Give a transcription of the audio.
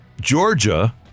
Georgia